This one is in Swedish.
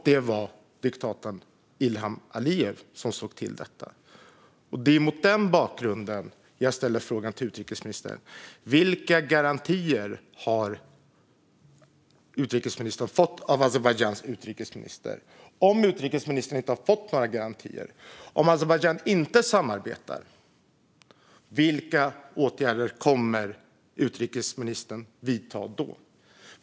Det var diktatorn Ilham Alijev som såg till detta. Det är mot den bakgrunden jag frågar utrikesministern om vilka garantier utrikesministern har fått av Azerbajdzjans utrikesminister. Om utrikesministern inte har fått några garantier, om Azerbajdzjan inte samarbetar, vilka åtgärder kommer utrikesministern att vidta då?